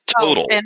total